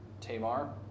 Tamar